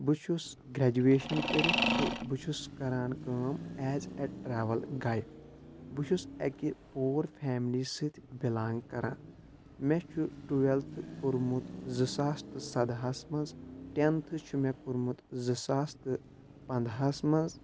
بہٕ چھُس گرٛیجویشَن کٔرِتھ تہٕ بہٕ چھُس کَران کٲم ایٚز اےٚ ٹرٛیول گایِڈ بہٕ چھُس اَکہِ پوَر فیملی سۭتۍ بِلانٛگ کَران مےٚ چھُ ٹُویٛلتھہٕ کوٚرمُت زٕ ساس تہٕ سَدہَس منٛز ٹؠنتھہٕ چھُ مےٚ کوٚرمُت زٕ ساس تہٕ پنٛدہَس منٛز